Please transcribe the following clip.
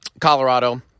Colorado